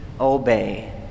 obey